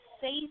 say